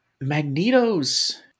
Magneto's